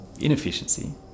inefficiency